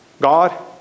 God